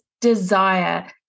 desire